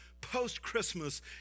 post-Christmas